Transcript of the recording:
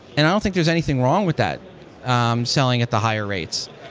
and i don't think there's anything wrong with that um selling at the higher rates.